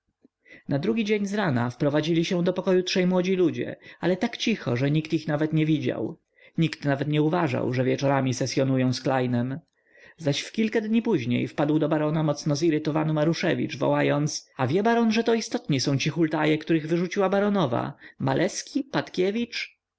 na drugi dzień zrana wprowadzili się do pokoiku trzej młodzi ludzie ale tak cicho że nikt ich nawet nie widział nikt nawet nie uważał że wieczorami sesyonują z klejnem zaś w kilka dni później wpadł do barona mocno zirytowany maruszewicz wołając a wie baron że to istotnie są ci hultaje których wyrzuciła baronowa maleski